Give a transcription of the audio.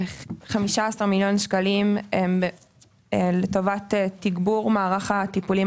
15 מיליון שקלים הם לטובת תגבור מערך הטיפולים